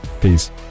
Peace